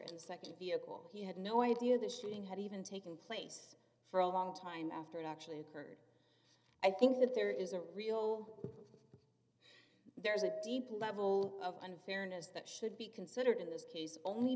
a nd vehicle he had no idea that shooting had even taken place for a long time after it actually occurred i think that there is a real there's a deep level of unfairness that should be considered in this case only